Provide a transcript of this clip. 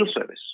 service